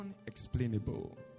unexplainable